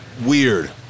weird